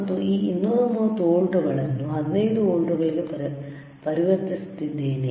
ಮತ್ತು ಈ 230 ವೋಲ್ಟ್ಗಳನ್ನು 15 ವೋಲ್ಟ್ಗಳಿಗೆ ಪರಿವರ್ತಿಸುತ್ತಿದ್ದೇನೆ